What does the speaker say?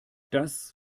das